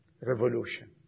Revolution